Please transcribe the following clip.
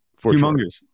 Humongous